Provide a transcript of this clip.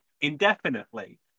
Indefinitely